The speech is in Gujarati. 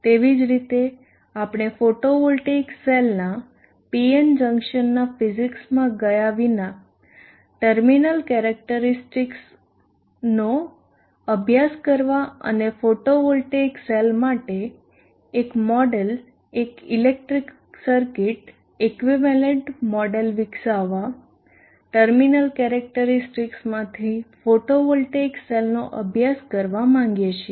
તેવી જ રીતે આપણે ફોટોવોલ્ટેઇક સેલના PN જંકશનના ફીઝીક્સમાં ગયા વિના ટર્મિનલ કેરેક્ટરીસ્ટિક્સઓનો અભ્યાસ કરવા અને ફોટોવોલ્ટેઇક સેલ માટે એક મોડેલ એક ઇલેક્ટ્રિક સર્કિટ ઇક્વિવેલન્ટ મોડેલ વિકસાવવા ટર્મિનલ કેરેક્ટરીસ્ટિક્સ માંથી ફોટોવોલ્ટેઇક સેલનો અભ્યાસ કરવા માંગીએ છીએ